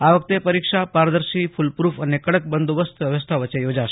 આ વખતે પરિક્ષા પારદર્શી ફૂલપ્રુફ અને કડક બંદોબસ્ત વ્યવસ્થા વચ્ચે યોજાશે